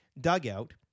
dugout